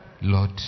lord